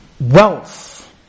Wealth